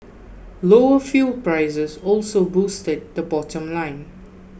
lower fuel prices also boosted the bottom line